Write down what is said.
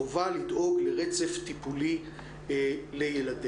חובה לדאוג לרצף טיפולי לילדינו.